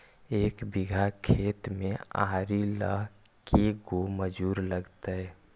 एक बिघा खेत में आरि ल के गो मजुर लगतै?